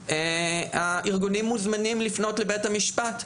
הארגונים מוזמנים לפנות לבית המשפט.